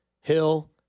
Hill